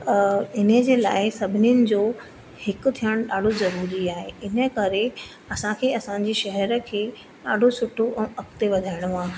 इन जे लाइ सभिनीनि जो हिकु थियण ॾाढो ज़रूरी आहे इन करे असांखे असांजी शहर खे ॾाढो सुठो ऐं अॻिते वधाइणो आहे